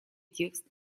текст